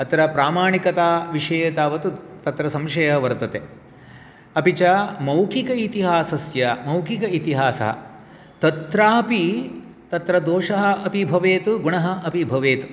अत्र प्रामाणिकताविषये तावत् तत्र संशयः वर्तते अपि च मौखिक इतिहासस्य मौखिक इतिहास तत्रापि तत्र दोषः अपि भवेत् गुणः अपि भवेत्